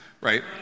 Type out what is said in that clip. right